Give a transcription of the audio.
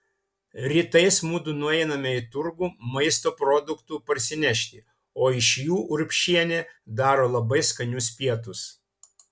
rytais mudu nueiname į turgų maisto produktų parsinešti o iš jų urbšienė daro labai skanius pietus